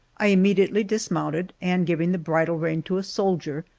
i immediately dismounted, and giving the bridle rein to a soldier,